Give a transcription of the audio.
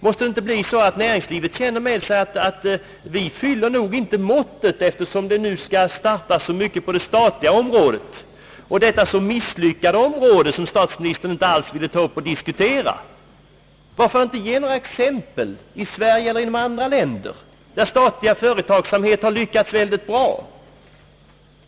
Blir det inte så att man inom näringslivet känner med sig att man inte fyller måttet, eftersom det nu skall startas så mycket på det statliga området — detta så misslyckade område som statsministern inte alls ville diskutera? Varför inte ge några exempel på fall inom Sverige och andra länder där statlig företagsamhet lyckats mycket bra.